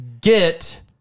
get